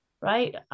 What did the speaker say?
Right